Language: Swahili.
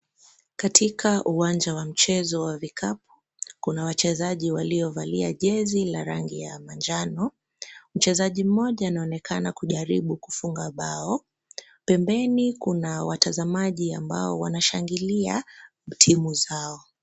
Katika uwanja wa mchezo wa vikapu, kuna wachezaji waliovalia jezi la rangi ya manjano. Mchezaji mmoja anaonekana kujaribu kufunga bao. Pembeni kuna watazamaji ambao wanashangilia timu zao.